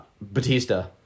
Batista